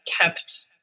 kept